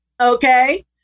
Okay